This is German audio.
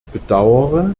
bedaure